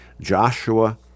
Joshua